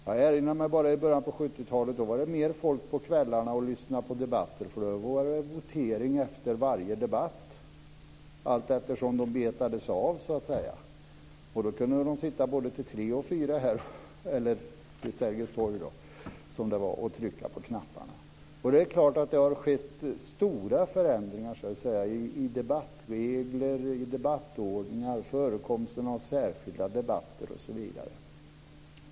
Jag erinrar mig att det i början på 70-talet var fler människor som lyssnade på debatter på kvällarna. Då var det votering efter varje debatt allteftersom ärendena betades av. Det kunde sitta ledamöter både till klockan 3 och 4 på morgonen vid Sergels torg, som det var då, och trycka på knapparna. Det är klart att det har skett stora förändringar i debattregler, i debattordningar och med förekomsten av särskilda debatter osv.